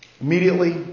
immediately